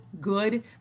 good